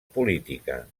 política